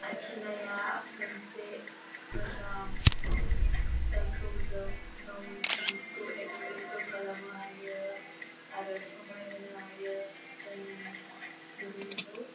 आखिनाया मोनसे मोजां जायखौ जों गावनि फिलिंसखौ एक्सप्रेसबो खालामनो हायो आरो समायहोनो हायो जोंनि बुहुमखौ